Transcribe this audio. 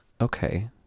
Okay